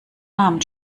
namen